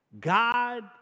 God